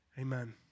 Amen